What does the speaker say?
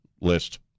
list